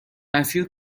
مسیر